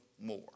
more